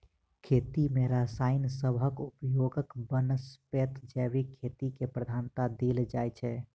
खेती मे रसायन सबहक उपयोगक बनस्पैत जैविक खेती केँ प्रधानता देल जाइ छै